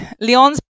Leon's